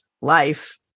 life